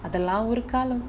அதுல ஒரு காலம்:athula oru kaalam